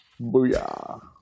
booyah